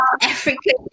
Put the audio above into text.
African